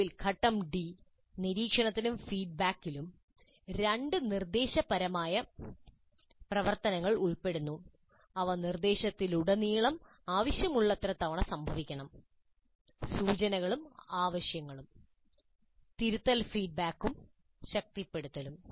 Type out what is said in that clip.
ഒടുവിൽ ഘട്ടം ഡി നിരീക്ഷണത്തിലും ഫീഡ്ബാക്കിലും രണ്ട് നിർദ്ദേശപരമായ പ്രവർത്തനങ്ങൾ ഉൾപ്പെടുന്നു അവ നിർദ്ദേശങ്ങളിലുടനീളം ആവശ്യമുള്ളത്ര തവണ സംഭവിക്കണം സൂചനകളും ആവശ്യങ്ങളും തിരുത്തൽ ഫീഡ്ബാക്കും ശക്തിപ്പെടുത്തലും